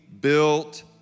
built